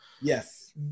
Yes